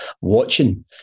watching